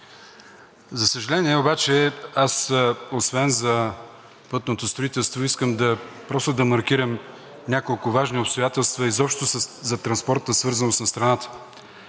За съжаление обаче, освен за пътното строителство, искам да маркирам няколко важни обстоятелства изобщо за транспортната свързаност на страната,